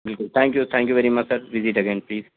بالکل thank you thank you very much sir visit again please